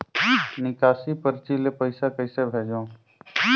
निकासी परची ले पईसा कइसे भेजों?